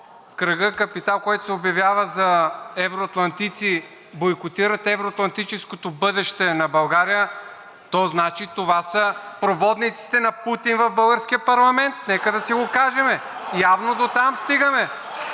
кръгът „Капитал“, които се обявяват за евроатлантици, бойкотират евро-атлантическото бъдеще на България, то значи това са проводниците на Путин в българския парламент. (Смях и оживление. Възгласи: